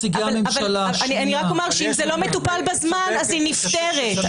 אני רק אומר שאם זה לא מטופל בזמן, היא נפטרת.